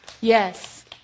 Yes